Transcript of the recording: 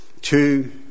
two